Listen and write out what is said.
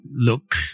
look